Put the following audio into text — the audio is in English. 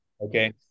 Okay